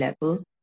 level